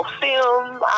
film